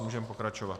Můžeme pokračovat.